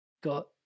Got